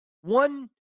one